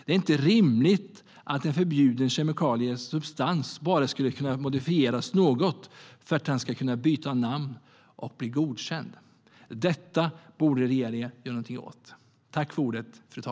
Det är inte rimligt att en substans i en förbjuden kemikalie bara ska kunna modifieras något för att den ska byta namn och bli godkänd. Detta borde regeringen göra något åt.